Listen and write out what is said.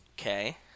Okay